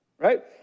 right